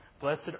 Blessed